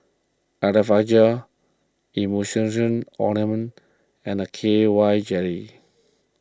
Blephagel Emulsying Ointment and K Y Jelly